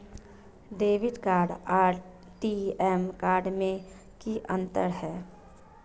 Debit card आर ATM card में की अंतर है?